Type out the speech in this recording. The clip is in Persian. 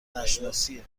نشناسیه